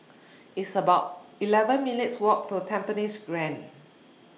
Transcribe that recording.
It's about eleven minutes' Walk to Tampines Grande